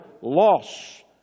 loss